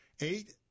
eight